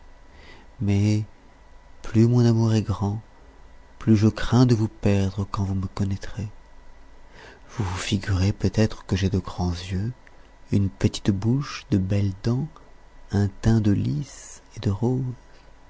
mais plus mon amour est grand plus je crains de vous perdre quand vous me connaîtrez vous vous figurez peut-être que j'ai de grands yeux une petite bouche de belles dents un teint de lis et de roses